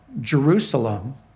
Jerusalem